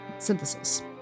Synthesis